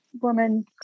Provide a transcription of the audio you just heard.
woman